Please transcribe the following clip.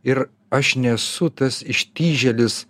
ir aš nesu tas ištižėlis